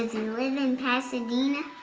live in pasadena?